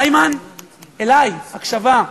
איימן, אלי, הקשבה.